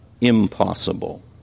impossible